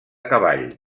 cavall